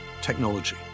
Technology